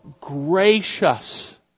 gracious